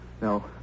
No